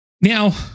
Now